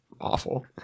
Awful